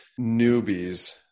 newbies